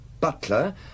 butler